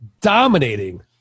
dominating